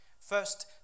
first